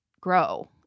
grow